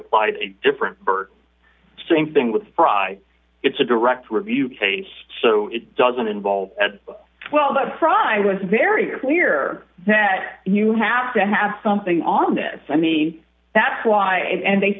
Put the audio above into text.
applied to a different bird same thing with fry it's a direct review case so it doesn't involve at well that pride was very clear that you have to have something on this i mean that's why and they